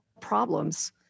problems